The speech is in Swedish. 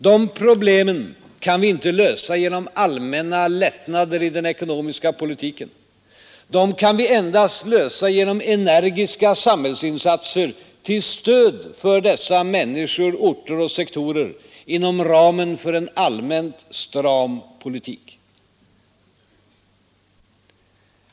Dessa problem kan vi inte lösa genom allmänna lättnader. Dem kan vi endast lösa genom energiska sam hällsinsatser till stöd för dessa människor, orter och sektorer inom ramen för en allmänt stram politik.